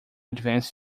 advance